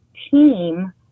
team